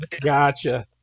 Gotcha